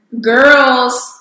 girls